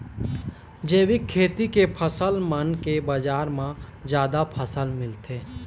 जैविक खेती के फसल मन के बाजार म जादा पैसा मिलथे